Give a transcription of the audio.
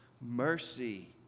mercy